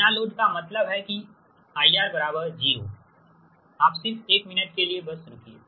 बिना लोड का मतलब है की IR बराबर ज़ीरो आप सिर्फ एक मिनट के लिए बस रुकिए